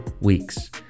weeks